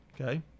okay